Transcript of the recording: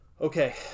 Okay